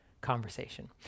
conversation